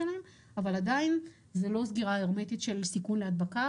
הפנדמיה במדינות עולם שונות ולכן מאחר וזיהוי וריאנטים שהם חשודים